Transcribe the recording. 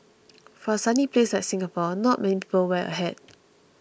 for a sunny place like Singapore not many people wear a hat